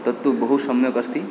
तत्तु बहुसम्यक् अस्ति